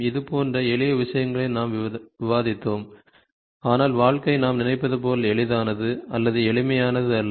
இதுபோன்ற எளிய விஷயங்களை நாம் விவாதித்தோம் ஆனால் வாழ்க்கை நாம் நினைப்பது போல் எளிதானது அல்லது எளிமையானது அல்ல